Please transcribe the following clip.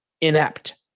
inept